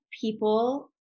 people